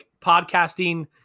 podcasting